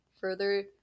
further